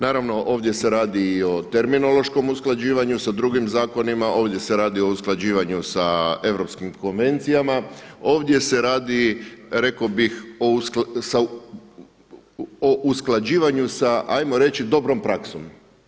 Naravno ovdje se radi i o terminološkom usklađivanju sa drugim zakonima, ovdje se radi o usklađivanju sa europskim konvencijama, ovdje se radi rekao bih o usklađivanju sa ajmo reći dobrom praksom.